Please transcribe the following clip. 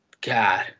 God